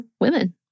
women